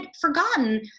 forgotten